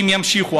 והם ימשיכו.